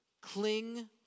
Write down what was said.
Cling